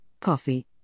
coffee